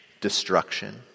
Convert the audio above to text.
Destruction